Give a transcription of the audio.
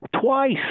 twice